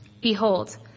Behold